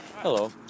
Hello